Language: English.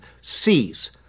sees